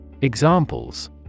Examples